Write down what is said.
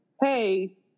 hey-